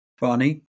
Bonnie